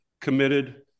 committed